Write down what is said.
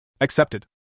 Accepted